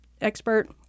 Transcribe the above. expert